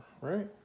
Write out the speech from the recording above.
right